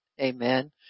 Amen